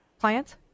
clients